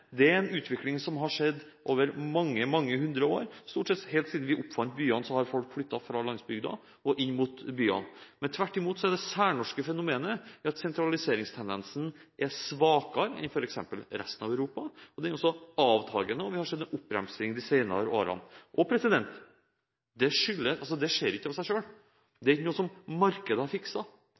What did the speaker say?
Det er en utvikling som har skjedd i løpet av mange, mange hundre år. Folk har flyttet fra landsbygda og inn mot byene stort sett helt siden vi «oppfant» byene. Det er tvert imot et særnorsk fenomen at sentraliseringstendensen er svakere her enn f.eks. i resten av Europa. Den er også avtakende. Vi har sett en oppbremsing de senere årene. Dette skjer ikke av seg selv, det er ikke noe markedet har fikset. Det er et uttrykk for at de politiske valgene vi gjør, har